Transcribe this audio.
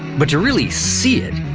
but to really see it,